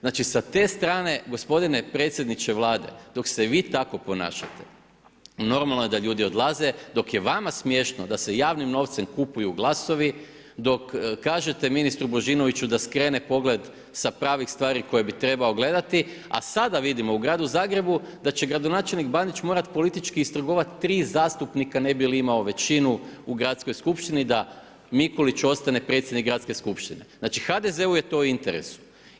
Znači sa te strane, gospodine predsjedniče Vlade, dok se vi tako ponašate, normalno je da ljudi odlaze, dok je vama smješno da se javnim novcem kupuju glasovi, dok kažete ministru Božinoviću da skrene pogled sa pravih stvari koje bi trebao gledati a sada vidimo u gradu Zagrebu da će gradonačelnik Bandić morati politički istrgovati 3 zastupnika ne bi li imao većinu u Gradskoj skupštini da Mikulić ostane predsjednik Gradske skupštine, znači HDZ-u je to u interesu.